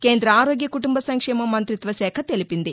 కేంద్ర ఆరోగ్య కుటుంబ సంక్షేమ మంత్రిత్వశాఖ తెలిపింది